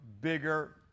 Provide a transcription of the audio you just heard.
bigger